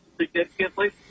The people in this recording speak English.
significantly